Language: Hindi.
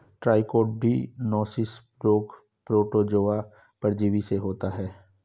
ट्राइकोडिनोसिस रोग प्रोटोजोआ परजीवी से होता है